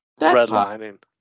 redlining